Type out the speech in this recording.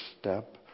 step